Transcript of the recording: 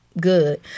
good